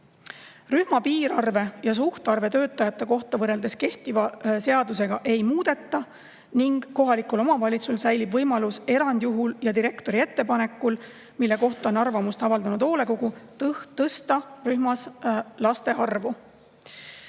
Rühma piirarve ja suhtarve töötajate kohta võrreldes kehtiva seadusega ei muudeta ning kohalikul omavalitsusel säilib võimalus erandjuhul ja direktori ettepanekul, mille kohta on arvamust avaldanud hoolekogu, suurendada rühmas laste arvu.